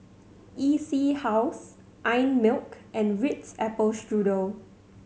E C House Einmilk and Ritz Apple Strudel